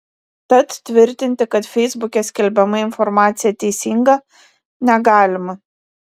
tad tvirtinti kad feisbuke skelbiama informacija teisinga negalima